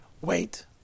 Wait